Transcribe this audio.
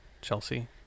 Chelsea